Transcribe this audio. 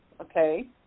okay